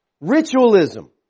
Ritualism